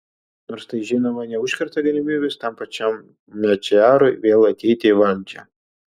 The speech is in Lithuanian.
nors tai žinoma neužkerta galimybės tam pačiam mečiarui vėl ateiti į valdžią